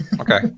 okay